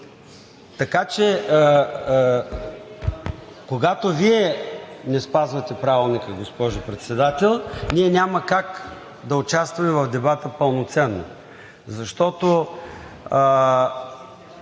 Така че когато Вие не спазвате Правилника, госпожо Председател, ние няма как да участваме в дебата пълноценно, защото